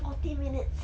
forty minutes